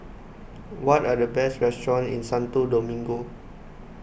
what are the best restaurants in Santo Domingo